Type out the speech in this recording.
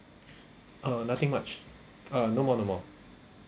uh nothing much ah no more no more